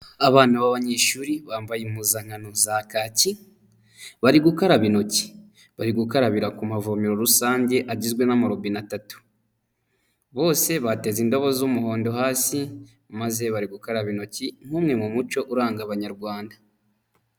Abana b'abanyeshuri bambaye impuzankano za kaki bari gukaraba intoki, bari gukarabira ku mavomero rusange agizwe n'amarobine atatu bose bateze indabo z'umuhondo hasi maze bari gukaraba intoki nk'umwe mu muco uranga abanyarwanda.